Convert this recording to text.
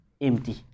empty